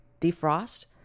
defrost